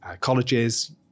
colleges